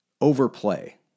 overplay